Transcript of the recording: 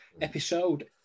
episode